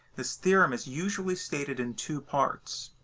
this theorem is usually stated in two parts.